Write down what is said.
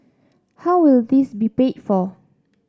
how will this be paid for